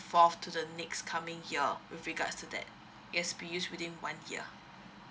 fourth to the next coming year with regards to that it has to be used within one year